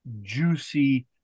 juicy